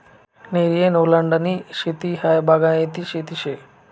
नेरियन ओलीएंडरनी शेती हायी बागायती शेती शे